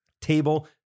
Table